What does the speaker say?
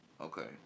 Okay